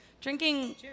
drinking